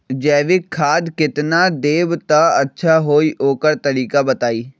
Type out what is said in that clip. जैविक खाद केतना देब त अच्छा होइ ओकर तरीका बताई?